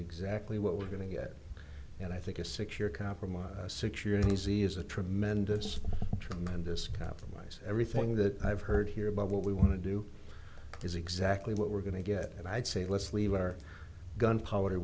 exactly what we're going to get and i think a six year compromise security z is a tremendous tremendous compromise everything that i've heard here about what we want to do is exactly what we're going to get and i'd say let's leave our gunpowder